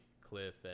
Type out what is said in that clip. cliff